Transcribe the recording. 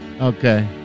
Okay